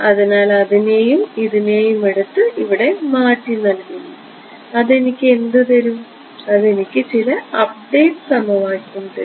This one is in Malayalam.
അതിനാൽ അതിനെയും ഇതിനെയും എടുത്ത് ഇവിടെ മാറ്റി നൽകുന്നു അത് എനിക്ക് എന്ത് തരും അത് എനിക്ക് ചില അപ്ഡേറ്റ് സമവാക്യം നൽകും